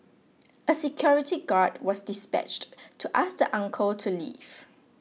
a security guard was dispatched to ask the uncle to leave